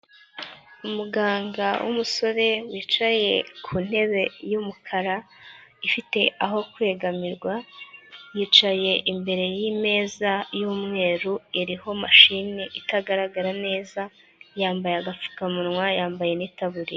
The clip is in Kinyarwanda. Umuganga w'umusore wicaye ku ntebe y'umukara ifite aho kwegamirwa yicaye imbere y'imeza y'umweru iriho mashine itagaragara neza, yambaye agapfukamunwa, yambaye n'itaburiya.